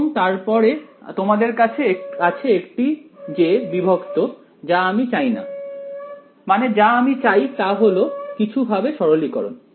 এবং তারপর তোমাদের কাছে আছে একটি j বিভক্ত যা আমি চাইনা মানে যা আমি চাই তা হল কিছু ভাবে সরলীকরণ